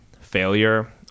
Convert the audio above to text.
failure